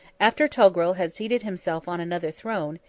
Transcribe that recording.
after togrul had seated himself on another throne,